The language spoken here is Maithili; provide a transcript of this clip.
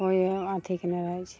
कोइ अथि के नहि रहै छै